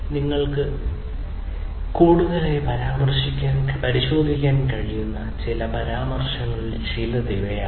നിങ്ങൾക്ക് കൂടുതൽ വിശദമായി പരിശോധിക്കാൻ കഴിയുന്ന ഈ പരാമർശങ്ങളിൽ ചിലത് ഇവയാണ്